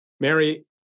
Mary